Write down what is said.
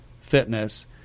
fitness